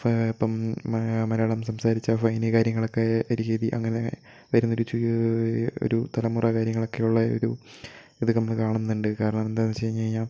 ഫ് ഇപ്പം മലയാളം സംസാരിച്ചാൽ ഫൈൻ കാര്യങ്ങളൊക്കെ രീതി അങ്ങനെ വരുന്നൊരു ചു ഒരു തലമുറ കാര്യങ്ങളൊക്കെ ഉള്ള ഒരു ഇതൊക്കെ നമ്മൾ കാണുന്നുണ്ട് കാരണം എന്താണെന്ന് വെച്ച് കഴിഞ്ഞ് കഴിഞ്ഞാൽ